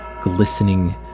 glistening